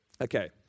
Okay